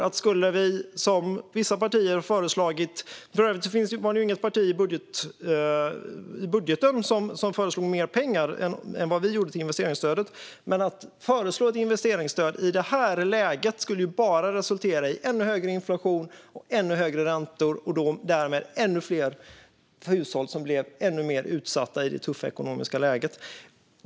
Det var inget parti som i budgeten föreslog mer pengar än vad vi gjorde till investeringsstödet. Men ett investeringsstöd i det här läget skulle ju bara resultera i ännu högre inflation och ännu högre räntor, och därmed skulle ännu fler hushåll bli ännu mer utsatta i det tuffa ekonomiska läget.